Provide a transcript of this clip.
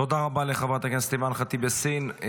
תודה רבה לחברת הכנסת אימאן ח'טיב יאסין.